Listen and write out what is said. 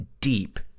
deep